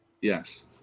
Yes